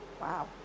Wow